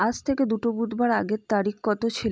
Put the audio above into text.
আজ থেকে দুটো বুধবার আগের তারিখ কত ছিল